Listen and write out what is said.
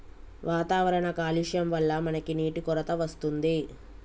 వాతావరణ కాలుష్యం వళ్ల మనకి నీటి కొరత వస్తుంది